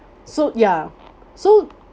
so ya so